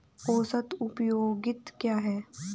औसत उपयोगिता क्या है?